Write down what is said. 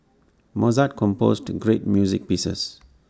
Mozart composed great music pieces